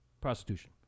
Prostitution